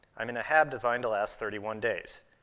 i'm in a hab designed to last thirty one days.